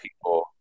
people